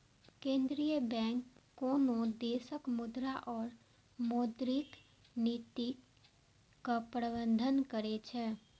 केंद्रीय बैंक कोनो देशक मुद्रा और मौद्रिक नीतिक प्रबंधन करै छै